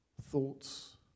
thoughts